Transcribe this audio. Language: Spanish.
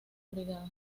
brigada